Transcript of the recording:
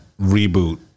reboot